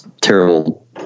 terrible